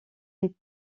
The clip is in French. été